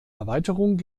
erweiterung